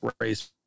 race